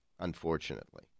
unfortunately